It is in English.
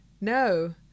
No